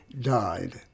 died